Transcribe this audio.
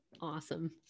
Awesome